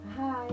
Hi